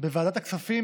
בוועדת הכספים,